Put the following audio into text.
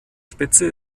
spitze